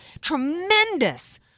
tremendous